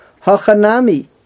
Hachanami